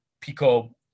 Pico